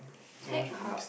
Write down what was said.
tech hub